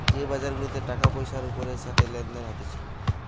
যে বাজার গুলাতে টাকা পয়সার ওপরের সাথে লেনদেন হতিছে